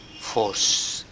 force